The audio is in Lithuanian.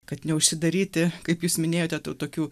kad neužsidaryti kaip jūs minėjote tų tokių